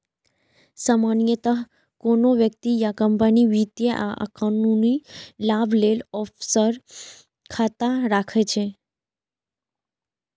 सामान्यतः कोनो व्यक्ति या कंपनी वित्तीय आ कानूनी लाभ लेल ऑफसोर खाता राखै छै